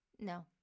no